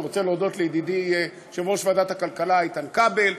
אני רוצה להודות לידידי יושב-ראש ועדת הכלכלה איתן כבל,